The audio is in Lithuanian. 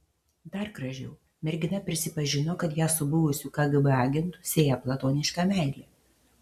dar gražiau mergina prisipažino kad ją su buvusiu kgb agentu sieja platoniška meilė